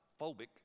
phobic